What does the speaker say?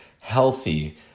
healthy